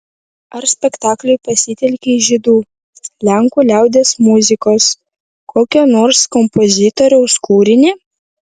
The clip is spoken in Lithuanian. ar spektakliui pasitelkei žydų lenkų liaudies muzikos kokio nors kompozitoriaus kūrinį